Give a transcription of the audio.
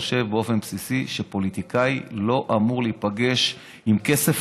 באופן בסיסי אני חושב שפוליטיקאי לא אמור להיפגש עם כסף,